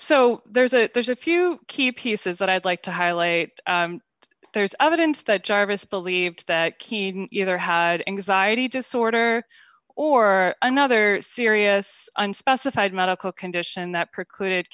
so there's a there's a few key pieces that i'd like to highlight there's evidence that jarvis believed that key either had anxiety disorder or another serious unspecified medical condition that precluded